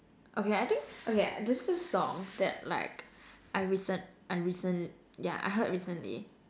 okay I think okay there's this song that like I recent I recent yeah I heard recently